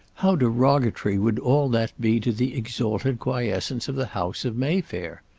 how derogatory would all that be to the exalted quiescence of the house of mayfair!